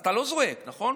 אתה לא זועק, נכון?